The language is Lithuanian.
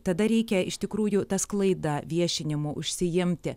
tada reikia iš tikrųjų ta sklaida viešinimu užsiimti